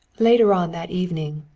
later on that evening,